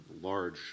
large